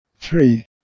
three